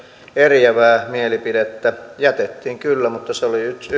eriävää mielipidettä niin jätettiin kyllä mutta se oli yksin